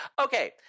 Okay